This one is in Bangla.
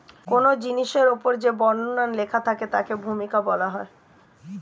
কোন জিনিসের উপর যে বর্ণনা লেখা থাকে তাকে ভূমিকা বলা হয়